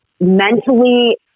mentally